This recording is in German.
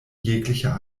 jeglicher